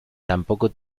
tampoco